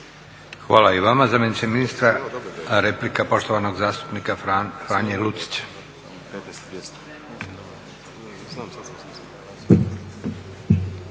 Hvala i vama zamjeniče ministra. Replika poštovanog zastupnika Franje Lucića.